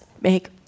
make